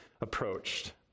approached